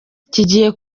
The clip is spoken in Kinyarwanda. kigiye